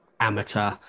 Amateur